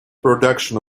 production